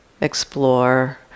explore